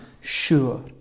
sure